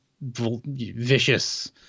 vicious